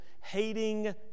hating